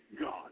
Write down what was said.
God